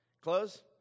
close